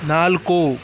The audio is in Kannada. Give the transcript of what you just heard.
ನಾಲ್ಕು